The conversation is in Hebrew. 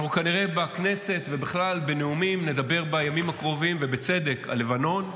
אנחנו כנראה בכנסת ובכלל בנאומים נדבר בימים הקרובים על לבנון ובצדק,